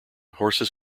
horses